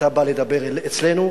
אתה בא לדבר אצלנו,